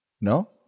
No